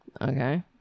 okay